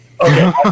Okay